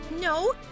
No